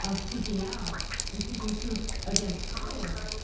ah speaking out and speaking truth against power,